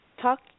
talk